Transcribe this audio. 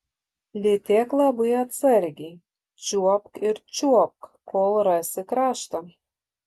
lytėk labai atsargiai čiuopk ir čiuopk kol rasi kraštą